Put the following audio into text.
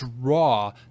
draw